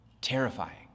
terrifying